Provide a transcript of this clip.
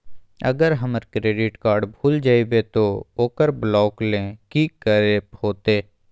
अगर हमर credit card भूल जइबे तो ओकरा ब्लॉक लें कि करे होते?